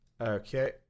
Okay